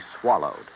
swallowed